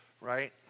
right